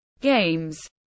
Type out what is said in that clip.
games